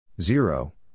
Zero